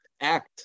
act